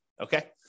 okay